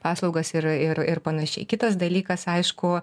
paslaugas ir ir ir panašiai kitas dalykas aišku